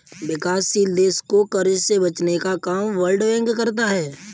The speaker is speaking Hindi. विकासशील देश को कर्ज से बचने का काम वर्ल्ड बैंक करता है